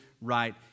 right